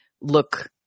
look